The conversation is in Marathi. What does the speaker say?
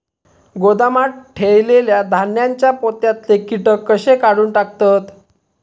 गोदामात ठेयलेल्या धान्यांच्या पोत्यातले कीटक कशे काढून टाकतत?